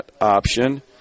option